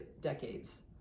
decades